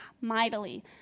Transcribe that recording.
mightily